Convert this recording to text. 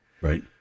Right